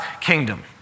kingdom